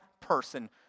person